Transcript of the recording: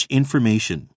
information